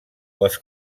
les